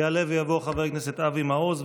יעלה ויבוא חבר הכנסת אבי מעוז,